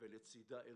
ולצדה ערכיות.